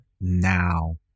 now